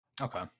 Okay